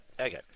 okay